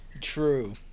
True